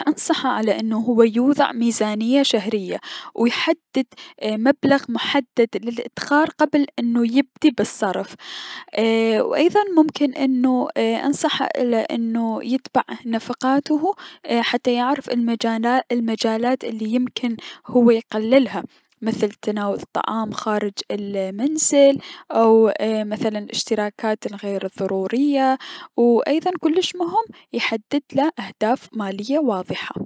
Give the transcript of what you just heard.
انصحه على انه هو يوضع ميزانية شهرية، و يحدد اي -مبلغ محدد للأدخار قبل انو يبدي بالصرف، و ايضا ممكن انو انصحه اله انو يتبع نفقاته حتى يعرف المجالا_المجالات الي يمكن هو يقللها مثل تناول الطعام خارج المنزل، الأشتراكات الغير ضرورية، و ايضا كلش مهم يحددله اهداف مالية واضحة.